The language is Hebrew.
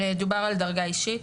דובר על דרגה אישית.